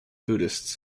buddhists